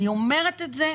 אני אומרת את זה,